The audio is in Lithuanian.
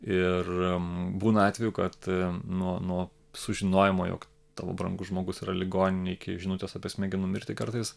ir būna atvejų kad nuo nuo sužinojimo jog tavo brangus žmogus yra ligoninėj žinutės apie smegenų mirtį kartais